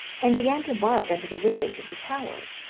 and began to bark under the windows of the tower,